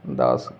ਦਸ